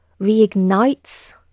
reignites